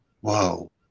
whoa